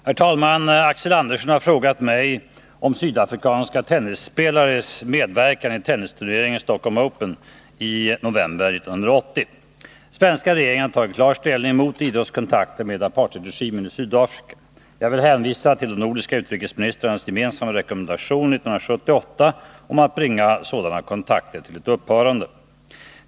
Herr talman! Axel Andersson har frågat mig om sydafrikanska tennisspelares medverkan i tennisturneringen Stockholm Open i november 1980. Svenska regeringen har tagit klar ställning mot idrottskontakter med apartheidregimen i Sydafrika. Jag vill hänvisa till de nordiska utrikesministrarnas gemensamma rekommendation 1978 om att bringa sådana kontakter till ett upphörande.